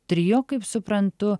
trio kaip suprantu